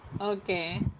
Okay